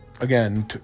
again